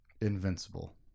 invincible